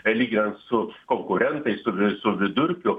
lyginant su konkurentais su vi su vidurkiu